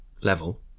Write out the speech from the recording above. level